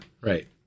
right